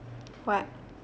what